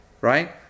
Right